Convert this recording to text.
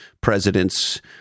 presidents